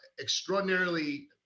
extraordinarily